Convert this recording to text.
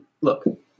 Look